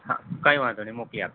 હાં કઈ વાંધો નઇ મોકલી આપીશ